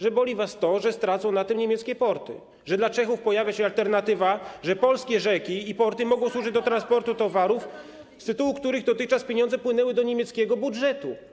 Że boli was to, że stracą na tym niemieckie porty, że dla Czechów pojawia się alternatywa, że polskie rzeki i porty mogą służyć do transportu towarów, z tytułu których dotychczas pieniądze płynęły do niemieckiego budżetu.